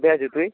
কোথায় আছিস তুই